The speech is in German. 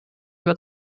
über